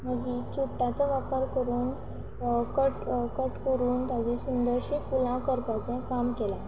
मागीर चुट्टांचो वापर करून कट कट करून ताची सुंदरशीं फुलां करपाचें काम केलां